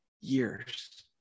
years